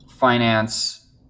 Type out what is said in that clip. Finance